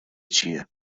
چیه